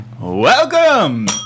welcome